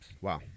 Wow